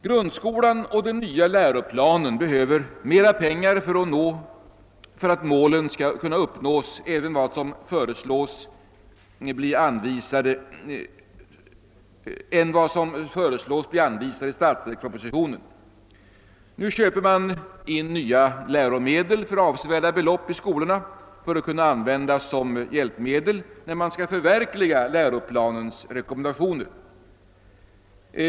Grundskolan och den nya läroplanen behöver mer medel än vad som föreslås i statsverkspropostionen för att målen skall kunna uppnås. Nu köper man i skolorna in nya läromedel för av sevärda belopp för att kunna använda dem som hjälpmedel när man skall förverkliga läroplanens rekommendationer.